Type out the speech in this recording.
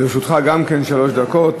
לרשותך גם כן שלוש דקות.